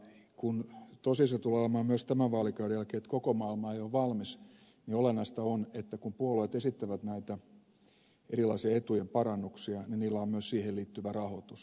kun tosiasia tulee olemaan myös tämän vaalikauden jälkeen että koko maailma ei ole valmis niin olennaista on että kun puolueet esittävät näitä erilaisia etujen parannuksia niin niillä on myös siihen liittyvä rahoitus